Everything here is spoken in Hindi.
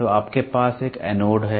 तो आपके पास एक एनोड है